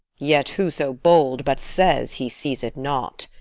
yet who so bold but says he sees it not!